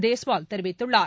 தேஸ்வால் தெரிவித்துள்ளார்